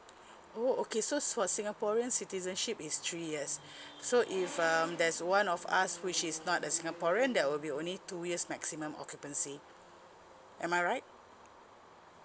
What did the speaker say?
oh okay so for singaporean citizenship is three years so if um there's one of us which is not a singaporean that will be only two years maximum occupancy am I right